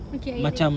okay anyway